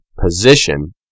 position